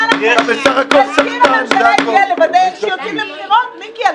מזכיר הממשלה הגיע לוודא שיוצאים לבחירות, מיקי.